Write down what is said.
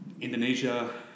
Indonesia